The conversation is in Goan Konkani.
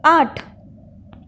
आठ